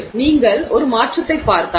எனவே நீங்கள் ஒரு மாற்றத்தைப் பார்த்தால்